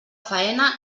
faena